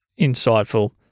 insightful